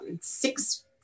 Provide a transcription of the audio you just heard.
six